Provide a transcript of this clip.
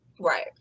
Right